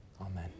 Amen